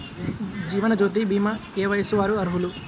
జీవనజ్యోతి భీమా ఏ వయస్సు వారు అర్హులు?